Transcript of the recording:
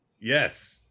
Yes